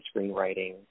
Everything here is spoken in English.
screenwriting